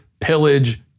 pillage